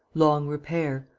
long repair.